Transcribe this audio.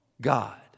God